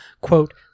Quote